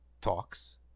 talks